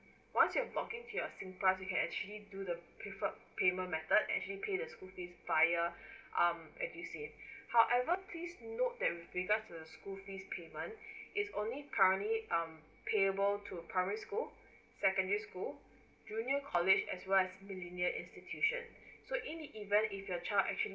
once you have log in to your singpass you can actually do the preferred payment method actually pay the school fee via um edusave however please note that with regards to the school fees payment it's only currently um payable to primary school secondary school junior college as well as millennial institution so in the event if you child actually